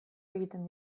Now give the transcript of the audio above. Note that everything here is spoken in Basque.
egiten